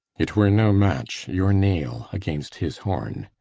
it were no match, your nail against his horn.